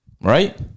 Right